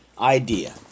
idea